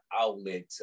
outlet